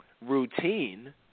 routine